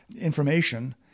information